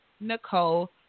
Nicole